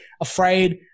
afraid